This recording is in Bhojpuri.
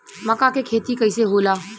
मका के खेती कइसे होला?